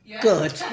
Good